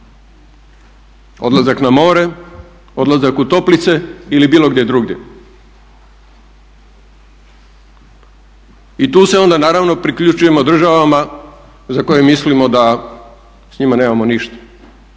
odlazak na more, odlazak u toplice ili bilo gdje drugdje. I tu se onda naravno priključujemo državama za koje mislimo da s njima nemamo ništa.